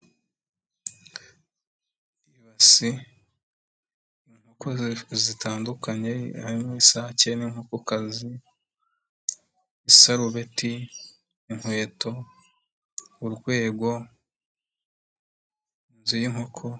Ibasi, inkoko zitandukanye, harimo isake n'inkoko kazi, isarubeti, inkweto, urwego, inzu y'inkoko.